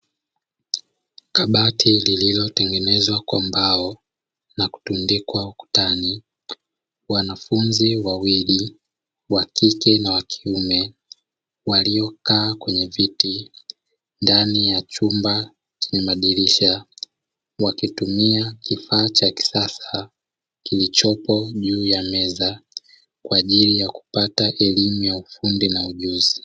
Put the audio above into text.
Kabati lililotengenezwa kwa mbao na kutundikwa ukutani. Wanafunzi wawili wa kike na wa kiume waliokaa kwenye viti ndani ya chumba chenye madirisha wakitumia kifaa cha kisasa kilichopo juu ya meza kwa ajili ya kupata elimu ya ufundi na ujuzi.